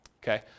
Okay